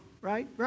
right